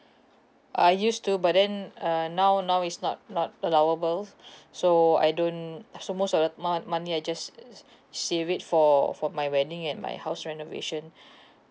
I used to but then uh now now is not not allowable so I don't so most of the mo~ money I just save for for my wedding and my house renovation